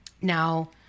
Now